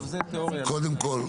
קודם כל,